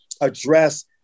address